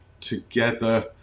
together